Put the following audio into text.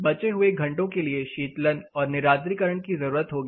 बचे हुए घंटो के लिए शीतलन और निरार्द्रीकरण की ज़रूरत होगी